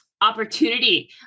opportunity